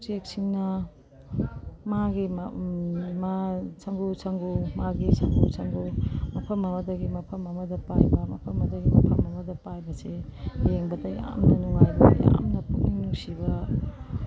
ꯎꯆꯦꯛꯁꯤꯡꯅ ꯃꯥꯒꯤ ꯁꯪꯒꯨ ꯁꯪꯒꯨ ꯃꯥꯒꯤ ꯁꯪꯒꯨ ꯁꯪꯒꯨ ꯃꯐꯝ ꯑꯃꯗꯒꯤ ꯃꯐꯝ ꯑꯃꯗ ꯄꯥꯏꯕ ꯃꯐꯝ ꯑꯃꯗꯒꯤ ꯃꯐꯝ ꯑꯃꯗ ꯄꯥꯏꯕꯁꯤ ꯌꯦꯡꯕꯗ ꯌꯥꯝꯅ ꯅꯨꯡꯉꯥꯏꯕ ꯌꯥꯝꯅ ꯄꯨꯛꯅꯤꯡ ꯅꯨꯡꯁꯤꯕ